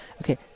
Okay